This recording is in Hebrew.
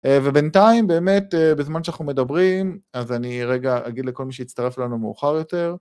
ובינתיים באמת, בזמן שאנחנו מדברים, אז אני רגע אגיד לכל מי שיצטרף אלינו מאוחר יותר.